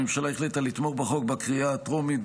הממשלה החליטה לתמוך בחוק בקריאה הטרומית,